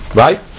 right